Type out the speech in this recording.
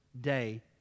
day